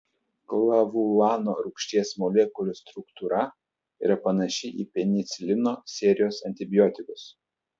klavulano rūgšties molekulių struktūra yra panaši į penicilino serijos antibiotikus